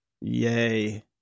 Yay